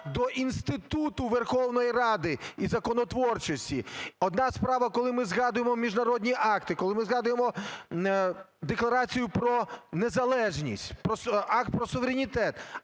до інституту Верховної Ради і законотворчості. Одна справа – коли ми згадуємо міжнародні акти, коли ми згадуємо Декларацію про незалежність, Акт про суверенітет,